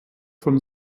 von